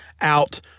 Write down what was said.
out